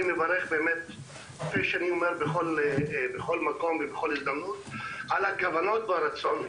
אני מברך כפי שאני אומר בכל מקום ובכל הזדמנות על הכוונות והרצון,